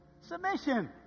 Submission